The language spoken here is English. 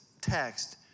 text